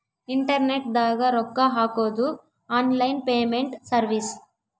internet ದಾಗ ರೊಕ್ಕ ಹಾಕೊದು ಆನ್ಲೈನ್ ಪೇಮೆಂಟ್ ಸರ್ವಿಸ್